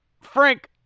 Frank